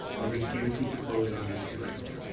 alderman stevenson to close on these two items.